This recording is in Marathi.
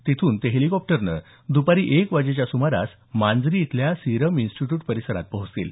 तिथून ते हेलिकॉप्टरने दुपारी एक वाजेच्या सुमारास मांजरी इथल्या सीरम इन्स्टिट्यूट परिसरात पोहोचतील